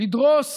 לדרוס